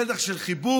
פתח של חיבוק,